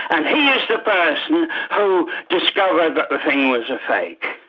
and he is the person who discovered that the thing was a fake.